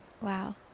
Wow